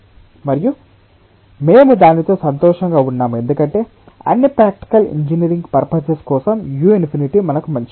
మరియు మేము దానితో సంతోషంగా ఉన్నాము ఎందుకంటే అన్ని ప్రాక్టికల్ ఇంజనీరింగ్ పర్పసెస్ కోసం u∞ మనకు మంచిది